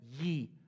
ye